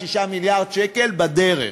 6 מיליארד שקל בדרך.